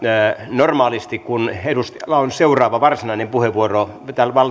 normaalisti kun edustajalla on seuraava varsinainen puheenvuoro